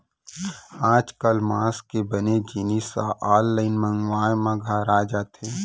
आजकाल मांस के बने जिनिस ह आनलाइन मंगवाए म घर आ जावत हे